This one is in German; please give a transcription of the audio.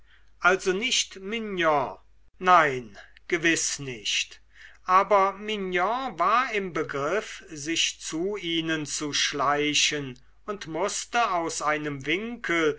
also nicht mignon nein gewiß nicht aber mignon war im begriff sich zu ihnen zu schleichen und mußte aus einem winkel